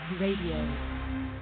RADIO